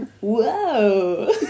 whoa